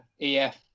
EF